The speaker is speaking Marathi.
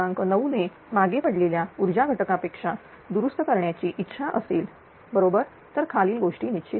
9 ने मागे पडलेल्या ऊर्जा घटकापेक्षा दुरुस्त करण्याची इच्छा असेल बरोबर तर खालील निश्चित करा